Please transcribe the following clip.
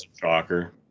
Shocker